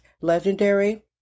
legendary